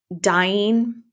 dying